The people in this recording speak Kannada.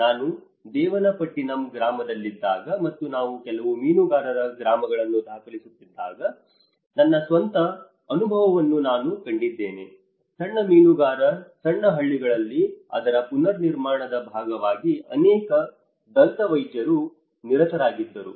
ನಾನು ದೇವನಪಟ್ಟಿನಂ ಗ್ರಾಮದಲ್ಲಿದ್ದಾಗ ಮತ್ತು ನಾನು ಕೆಲವು ಮೀನುಗಾರರ ಗ್ರಾಮಗಳನ್ನು ದಾಖಲಿಸುತ್ತಿದ್ದಾಗ ನನ್ನ ಸ್ವಂತ ಅನುಭವವನ್ನು ನಾನು ಕಂಡಿದ್ದೇನೆ ಸಣ್ಣ ಮೀನುಗಾರ ಸಣ್ಣಹಳ್ಳಿಗಳಲ್ಲಿ ಅದರ ಪುನರ್ನಿರ್ಮಾಣದ ಭಾಗವಾಗಿ ಅನೇಕ ದಂತವೈದ್ಯರು ನಿರತರಾಗಿದ್ದರು